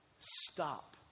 Stop